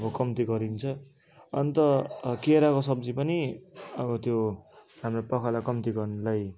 अब कम्ती गरिन्छ अन्त केराको सब्जी पनि अब त्यो हाम्रो पखाला कम्ती गर्नुलाई